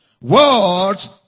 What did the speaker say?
Words